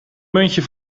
muntje